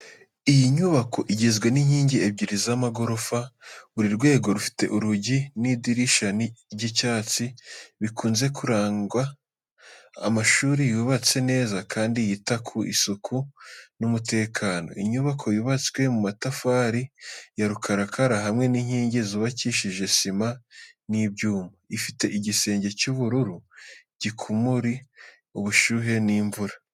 Iyi nyubako igizwe n’inkingi ebyiri z’amagorofa. Buri rwego rufite urugi n’idirishya by’icyatsi, bikunze kuranga amashuri yubatse neza kandi yita ku isuku n’umutekano. Inyubako yubatswe mu matafari ya rukarakara hamwe n’inkingi zubakishije sima n'ibyuma. Ifite igisenge cy’ubururu gikumira ubushyuhe n’imvura.